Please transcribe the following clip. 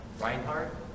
Reinhardt